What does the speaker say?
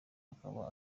akaba